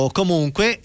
comunque